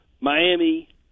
Miami